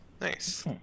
Nice